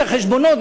את החשבונות,